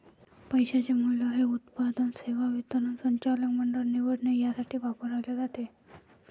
पैशाचे मूल्य हे उत्पादन, सेवा वितरण, संचालक मंडळ निवडणे यासाठी वापरले जाते